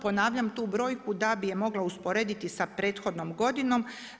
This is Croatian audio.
Ponavljam tu brojku da bi je mogla usporediti sa prethodnom godinom.